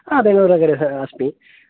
हा बेङ्गलूर्नगरे अस्मि